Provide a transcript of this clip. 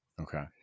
Okay